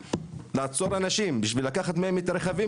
לעצור אנשים בשביל לקחת מהם את הרכבים